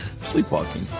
sleepwalking